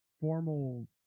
formal